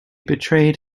betrayed